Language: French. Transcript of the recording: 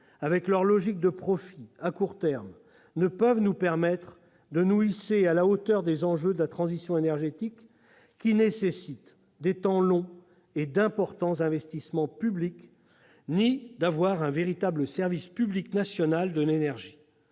avec sa logique de profit à court terme, ne peuvent nous permettre de nous hisser à la hauteur des enjeux de la transition énergétique, qui nécessitent des temps longs et d'importants investissements publics, ni d'avoir un véritable service public national de l'énergie.